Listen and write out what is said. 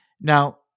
Now